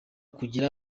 kugira